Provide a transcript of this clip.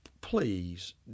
please